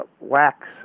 wax